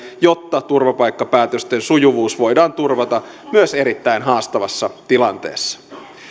jotta turvapaikkapäätösten sujuvuus voidaan turvata myös erittäin haastavassa tilanteessa